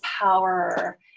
power